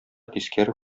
тискәре